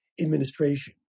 administration